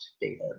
data